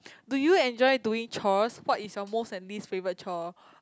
do you enjoy doing chores what is your most and least favorite chore